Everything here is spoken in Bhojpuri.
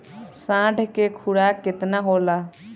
साँढ़ के खुराक केतना होला?